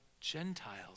Gentiles